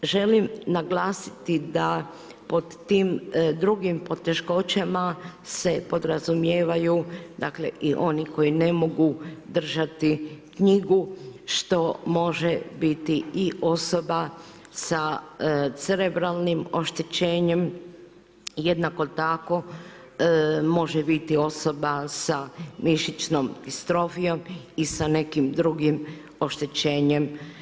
Želim naglasiti da pod tim drugim poteškoćama se podrazumijevaju i oni koji ne mogu držati knjigu, što može biti i osoba sa celibralnim oštećenjem, jednako tako može biti osoba sa mišićnom distrofijom i sa nekim drugim oštećenjem.